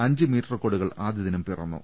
അഞ്ച് മീറ്റ് റെക്കോർഡുകൾ ആദ്യദിനം പിറന്നു